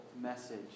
message